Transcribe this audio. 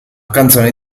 canzone